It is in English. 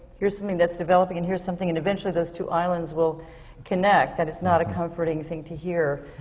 here's something that's developing and here's something, and eventually those two islands will connect. that is not a comforting thing to hear,